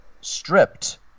stripped